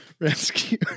rescue